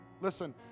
Listen